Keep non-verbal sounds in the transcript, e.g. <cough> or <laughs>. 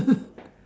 <laughs>